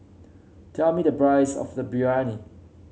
tell me the price of the Biryani